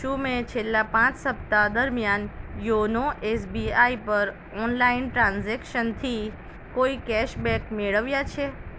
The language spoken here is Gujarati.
શું મે છેલ્લા પાંચ સપ્તાહ દરમિયાન યોનો એસબીઆઈ પર ઓનલાઈન ટ્રાન્ઝેક્શનથી કોઈ કેશબેક મેળવ્યાં છે